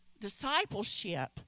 discipleship